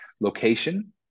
location